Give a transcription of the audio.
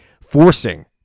forcing